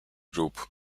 group